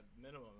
minimum